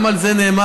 גם על זה נאמר,